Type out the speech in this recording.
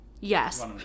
yes